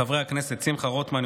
חברי הכנסת שמחה רוטמן,